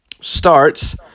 starts